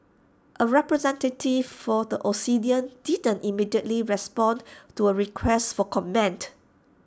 A representative for the Obsidian didn't immediately respond to A request for comment